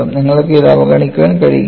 നിങ്ങൾക്ക് ഇത് അവഗണിക്കാൻ കഴിയില്ല